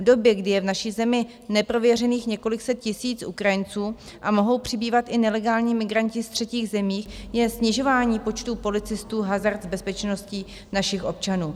V době, kdy je v naší zemi neprověřených několik set tisíc Ukrajinců a mohou přibývat i nelegální migranti z třetích zemí, je snižování počtu policistů hazard s bezpečností našich občanů.